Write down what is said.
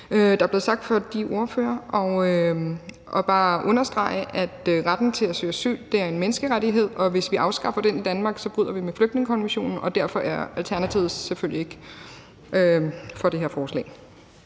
der er blevet sagt af de ordførere. Jeg vil også understrege, at retten til at søge asyl er en menneskerettighed, og hvis vi afskaffer den i Danmark, bryder vi med flygtningekonventionen, og derfor er Alternativet selvfølgelig ikke for det her forslag.